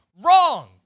Wrong